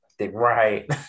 Right